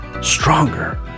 stronger